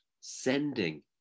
sending